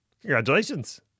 Congratulations